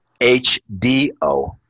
hdo